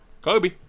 Kobe